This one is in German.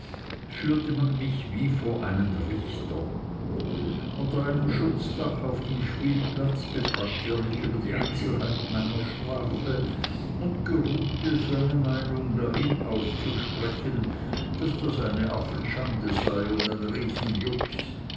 führte man mich wie vor einen richter unter einem schutzdach auf dem spielplatz befragte er mich über die einzelheiten meiner strafe und geruhte seine meinung dahin auszusprechen daß das eine affenschande sei und ein